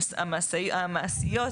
המעשיות,